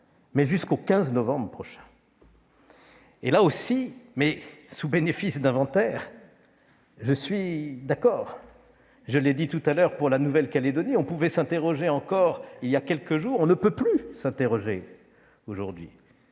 mais jusqu'au 15 novembre prochain. Là aussi, sous bénéfice d'inventaire, je suis d'accord. Je l'ai dit tout à l'heure : pour la Nouvelle-Calédonie, nous pouvions encore nous interroger il y a quelques jours ; nous ne pouvons plus nous interroger aujourd'hui.